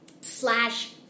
slash